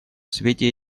свете